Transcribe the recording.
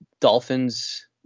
Dolphins